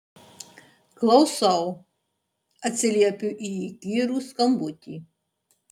klausau atsiliepiu į įkyrų skambutį